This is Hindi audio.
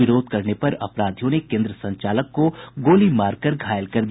विरोध करने पर अपराधियों ने केन्द्र संचालक को गोली मारकर घायल कर दिया